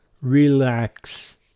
relax